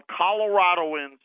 Coloradoans